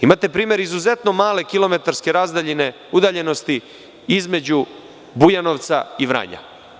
Imate primer izuzetno malo kilometarske razdaljine udaljenosti između Bujanovca i Vranja.